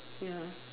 ya